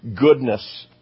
goodness